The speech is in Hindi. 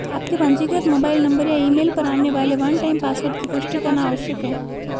आपके पंजीकृत मोबाइल नंबर या ईमेल पर आने वाले वन टाइम पासवर्ड की पुष्टि करना आवश्यक है